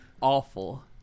awful